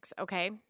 okay